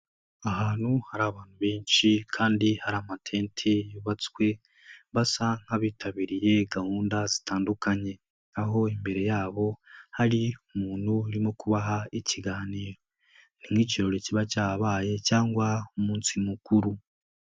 Ahantu hari abantu benshi kandi hari amatente yubatswe basa nk'abitabiriye gahunda zitandukanye, aho imbere yabo hari umuntu urimo kubaha ikiganiro ni nk'ikirore kiba cyahabaye cyangwa umunsi mukuru.